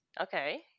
Okay